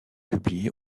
publié